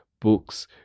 books